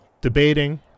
debating